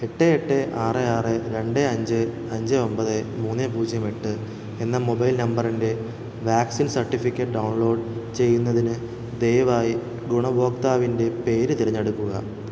എട്ട് എട്ട് ആറ് ആറ് രണ്ട് അഞ്ച് അഞ്ച് ഒമ്പത് മൂന്ന് പൂജ്യം എട്ട് എന്ന മൊബൈൽ നമ്പറിന്റെ വാക്സിൻ സർട്ടിഫിക്കറ്റ് ഡൗൺലോഡ് ചെയ്യുന്നതിന് ദയവായി ഗുണഭോക്താവിന്റെ പേര് തിരഞ്ഞെടുക്കുക